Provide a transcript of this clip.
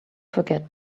forget